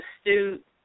astute